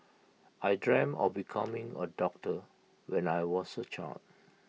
I dreamt of becoming A doctor when I was A child